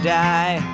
die